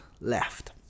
left